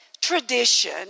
tradition